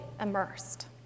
immersed